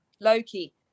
Loki